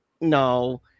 no